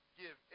give